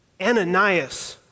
Ananias